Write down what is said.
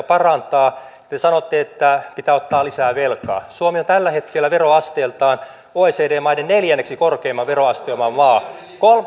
parantaa te sanotte että pitää ottaa lisää velkaa suomi on tällä hetkellä veroasteeltaan oecd maiden neljänneksi korkeimman veroasteen maa